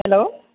hello